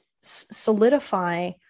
solidify